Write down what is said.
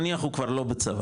נניח הוא כבר לא בצבא,